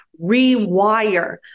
rewire